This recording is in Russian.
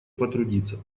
потрудиться